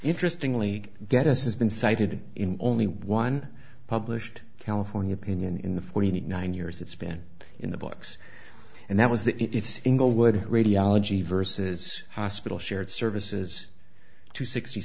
interestingly get us has been cited in only one published california opinion in the forty nine years it's been in the books and that was that it's inglewood radiology versus hospital shared services to sixty